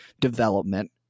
development